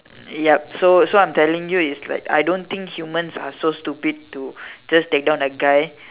ya so so I'm telling you is like I don't think humans are so stupid to just take down a guy``